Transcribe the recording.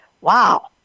wow